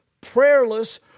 prayerless